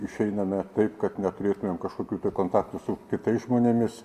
išeiname taip kad neturėtumėm kažkokių kontaktų su kitais žmonėmis